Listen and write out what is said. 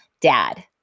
Dad